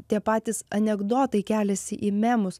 tie patys anekdotai keliasi į memus